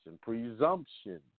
presumption